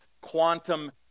quantum